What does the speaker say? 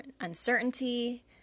uncertainty